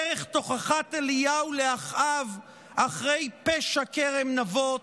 דרך תוכחת אליהו לאחאב אחרי פשע כרם נבות,